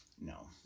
No